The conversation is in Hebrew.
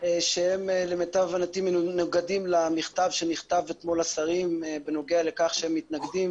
שהם למיטב ידיעתי מנוגדים למכתב שנכתב אתמול לשרים בנוגע לכך שהם מתנגדים